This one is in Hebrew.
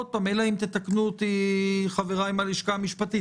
אלא אם יתקנו אותי חבריי מהלשכה המשפטית